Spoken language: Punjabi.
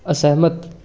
ਅਸਹਿਮਤ